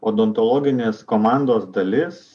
odontologinės komandos dalis